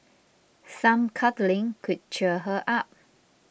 some cuddling could cheer her up